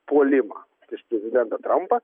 puolimą prieš prezidentą trampą